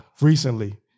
recently